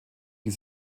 die